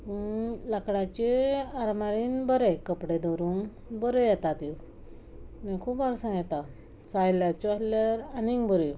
लांकडाचे आरमारीन बरें कपडे दवरूंक बऱ्यो येता त्यो खूब वर्सां येता सायलाच्यो आसल्यार आनी बऱ्यो